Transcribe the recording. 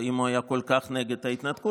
אם הוא היה כל כך נגד ההתנתקות,